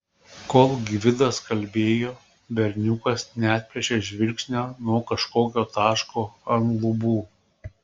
kol gvidas kalbėjo berniukas neatplėšė žvilgsnio nuo kažkokio taško ant lubų